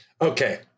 Okay